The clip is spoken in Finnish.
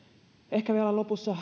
ehkä vielä lopuksi